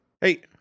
Hey